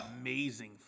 amazing